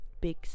big